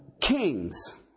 kings